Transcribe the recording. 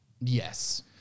Yes